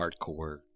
hardcore